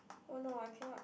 oh no I cannot